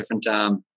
different